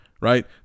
right